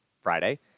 Friday